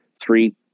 three